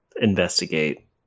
investigate